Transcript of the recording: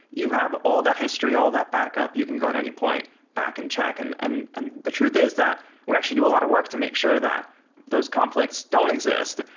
you have all that history, all that backup. you can go at any point back and check and and and the truth is that we actually do a lot of work to make sure that those conflicts don't exist,